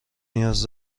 نیاز